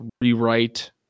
rewrite